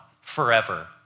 forever